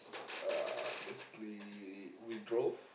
uh basically we drove